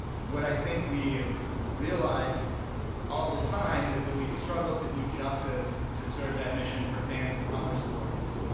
what i think we realize all the time is that we struggle to do justice to serve that mission for fans of other sports,